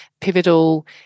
pivotal